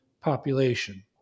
population